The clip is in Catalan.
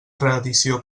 reedició